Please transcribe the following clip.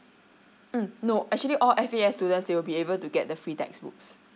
mm no actually all F_A_S students they will be able to get the free textbooks